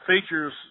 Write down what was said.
features